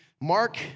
Mark